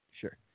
sure